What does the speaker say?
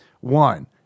One